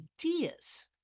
ideas